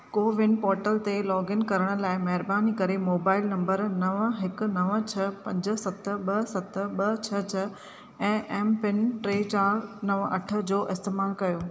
CoWIN portal ते login करण लाइ महिरबानी करे मोबाइल नंबर नव हिकु नव छह पंज सत ॿ सत ॿ छह छ्ह ऐं एम पिन टे चार नव अठ जो इस्तेमालु कयो